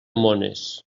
mones